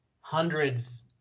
hundreds